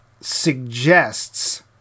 suggests